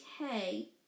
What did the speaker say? okay